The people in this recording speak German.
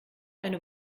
eine